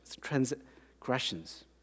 transgressions